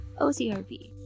ocrp